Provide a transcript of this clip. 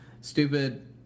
stupid